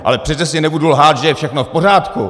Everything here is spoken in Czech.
Ale přece si nebudu lhát, že je všechno v pořádku.